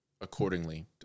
accordingly